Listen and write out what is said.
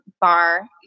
bar